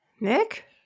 Nick